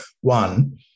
one